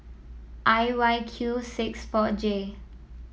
I Y Q six four J